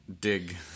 dig